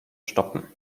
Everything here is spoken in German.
stoppen